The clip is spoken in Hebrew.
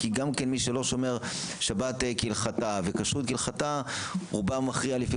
כי גם מי שלא שומר שבת כהלכתה וכשרות כהלכתה רובם המכריע לפי